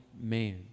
man